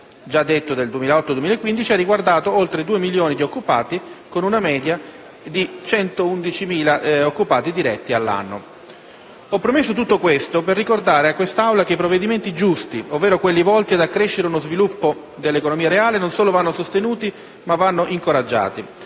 periodo 2008-2015, ha riguardato oltre due milioni di occupati, con una media di 111.000 occupati diretti all'anno. Ho premesso tutto questo per ricordare a quest'Assemblea che i provvedimenti giusti, ovvero quelli volti ad accrescere uno sviluppo dell'economia reale, vanno non solo sostenuti, ma anche e soprattutto